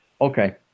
okay